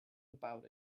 about